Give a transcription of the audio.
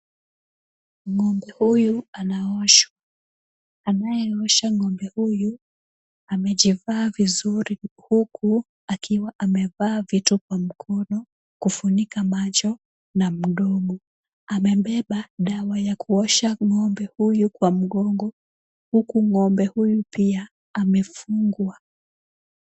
Ng'ombe huyu anaoshwa. Anayeosha ng'ombe huyu amejivaa vizuri, huku akiwa amevaa vitu kwa mkono, kufunika macho na mdomo. Amebeba dawa ya kuosha ng'ombe huyu kwa mgongo, huku ng'ombe huyu pia amefungwa.